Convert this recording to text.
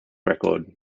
record